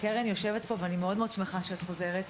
קרן יושבת פה, ואני מאוד מאוד שמחה שאת חוזרת.